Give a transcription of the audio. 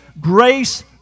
grace